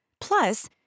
Plus